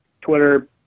twitter